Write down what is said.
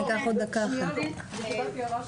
החקלאות.